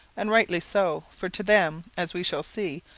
and rightly so, for to them, as we shall see,